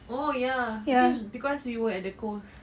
oh ya I think cause we were at the coast